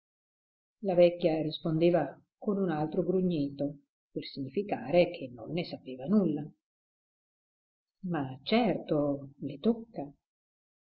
la vecchia rispondeva con un altro grugnito per significare che non ne sapeva nulla ma certo le tocca